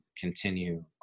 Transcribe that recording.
continue